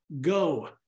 go